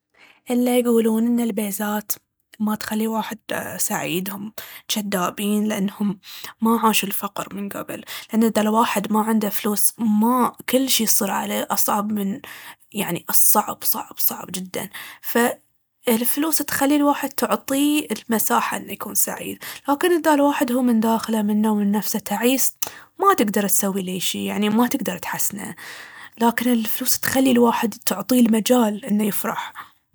اللا يقولون ان البيزات ما تخلي الواحد سعيد هم جذابين لأنهم ما عاشوا الفقر من قبل. لأن اذا الواحد ما عنده فلوس ما- كل شي يصير عليه أصعب من، يعني صعب صعب صعب جداً. فالفلوس تخلي الواحد، تعطيه المساحة انه يكون سعيد، لكن اذا الواحد هو من داخله منه ومن نفسه تعيس، ما تقدر تسوي ليه شي، يعني ما تقدر تحسنه. لكن الفلوس تخلي الواحد، تعطيه المجال انه يفرح.